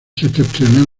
septentrional